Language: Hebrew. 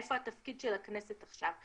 איפה התפקיד של הכנסת עכשיו.